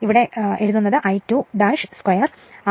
അതിനാൽ ഇതാണ് I2 2 R1 I2 2 R2 മൊത്തം ചെമ്പ് നഷ്ടം